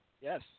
yes